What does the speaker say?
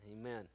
Amen